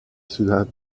ciudad